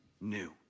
new